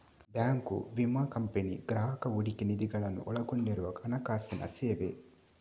bank, ವಿಮಾ company, ಗ್ರಾಹಕ ಹೂಡಿಕೆ ನಿಧಿಗಳನ್ನು ಒಳಗೊಂಡಿರುವ ಹಣಕಾಸಿನ ಸೇವೆ